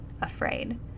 afraid